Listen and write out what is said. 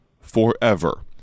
forever